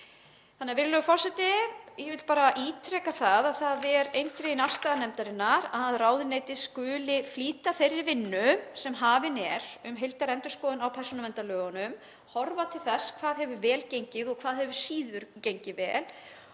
álitinu. Virðulegur forseti. Ég vil bara ítreka að það er eindregin afstaða nefndarinnar að ráðuneytið skuli flýta þeirri vinnu sem hafin er um heildarendurskoðun á persónuverndarlögunum, horfa til þess hvað hefur vel gengið og hvað hefur síður gengið vel